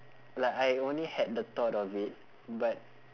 like I only had the thought of it but